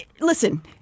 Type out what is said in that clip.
Listen